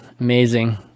Amazing